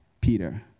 Peter